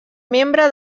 membre